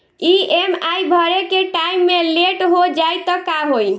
EMI भरे के time मे लेट हो जायी त का होई?